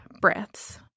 breaths